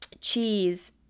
cheese